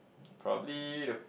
probably the f~